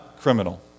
criminal